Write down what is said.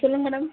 சொல்லுங்க மேடம்